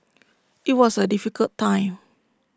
IT was A difficult time